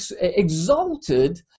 exalted